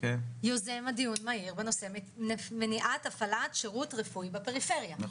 יוזם הדיון המהיר בנושא מניעת הפעלת שירות רפואי בפריפריה,